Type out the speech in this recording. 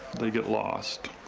they get lost,